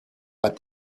but